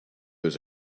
was